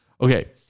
Okay